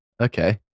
Okay